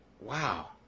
wow